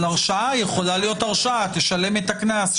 אבל הרשעה גם יכולה להיות שהוא רק ישלם את הקנס.